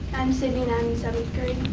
i'm cindy, and i'm in seventh grade.